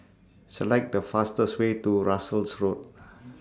Select The fastest Way to Russels Road